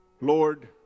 Lord